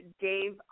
Dave